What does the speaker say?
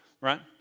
Right